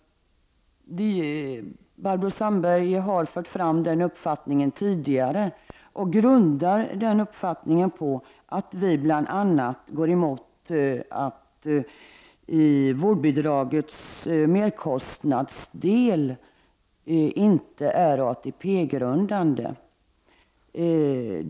Barbro Sandberg har fört fram den uppfattningen tidigare och grundar den på att vi bl.a. är emot att vårdbidragets merkostnadsdel inte är ATP grundande.